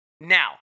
now